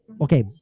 okay